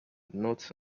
not